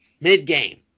mid-game